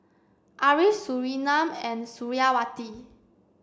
Ariff Surinam and Suriawati